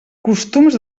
costums